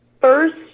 first